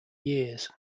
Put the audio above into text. years